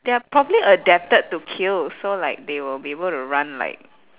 they are probably adapted to kill so like they will be able to run like